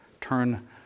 turn